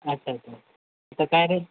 अच्छा अच्छा तर काय रेट